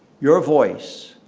your voice,